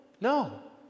no